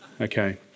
Okay